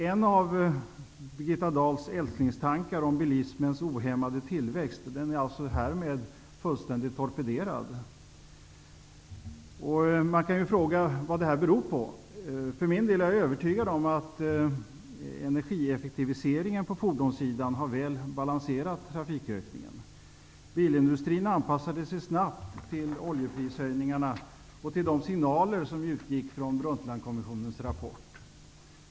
En av Birgitta Dahls älsklingstankar om bilismens ohämmade tillväxt är härmed fullständigt torpederad. Man kan fråga sig vad detta beror på. Jag är övertygad om att energieffektiviseringen på fordonssidan har väl balanserat trafikökningen. Bilindustrin anpassade sig snabbt till oljeprishöjningarna och till de signaler som utgick från Brundtlandkommissionens rapport.